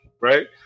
right